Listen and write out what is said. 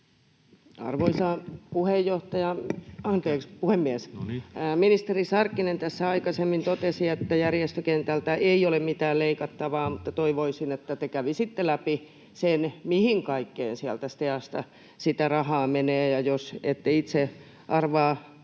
No niin!] Ministeri Sarkkinen tässä aikaisemmin totesi, että järjestökentältä ei ole mitään leikattavaa, mutta toivoisin, että te kävisitte läpi sen, mihin kaikkeen sieltä STEAsta sitä rahaa menee. Ja jos ette itse arvaa